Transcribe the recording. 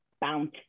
bounce